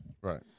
Right